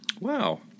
Wow